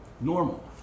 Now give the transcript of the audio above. normal